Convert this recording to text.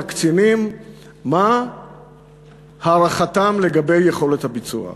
הקצינים מה הערכתם לגבי יכולת הביצוע.